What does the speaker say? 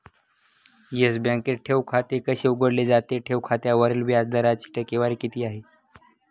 Yes बँकेत ठेव खाते कसे उघडले जाते? ठेव खात्यावरील व्याज दराची टक्केवारी किती आहे?